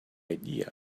idea